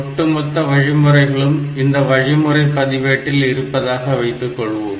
ஒட்டுமொத்த வழிமுறைகளும் இந்த வழிமுறை பதிவேட்டில் இருப்பதாக வைத்துக்கொள்வோம்